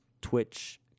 Twitch